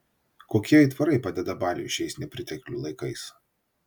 kokie aitvarai padeda baliui šiais nepriteklių laikais